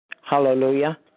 Hallelujah